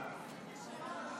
48 בעד,